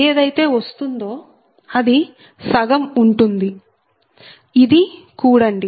ఏదైతే వస్తుందో అది సగం ఉంటుందిఇది కూడండి